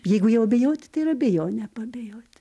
jeigu jau abejoti tai ir abejone paabejoti